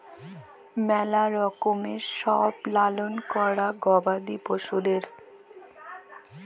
ম্যালা রকমের সব লালল ক্যরে গবাদি পশুদের